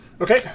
Okay